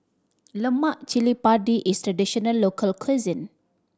lemak cili padi is traditional local cuisine